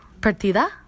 Partida